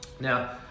Now